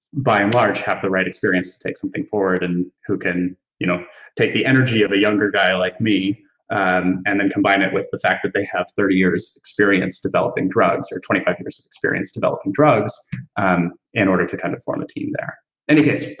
by and large, have the right experience to take something forward and who can you know take the energy of a younger guy like me and and then combine it with the fact that they have thirty years experience developing drugs or twenty five years experience developing drugs um in order to kind of form the team there. in any case,